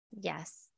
Yes